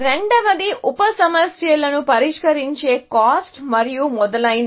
రెండవది ఉప సమస్యలను పరిష్కరించే కాస్ట్ మరియు మొదలైనవి